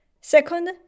Second